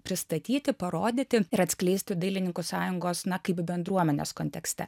pristatyti parodyti ir atskleisti dailininkų sąjungos na kaip bendruomenės kontekste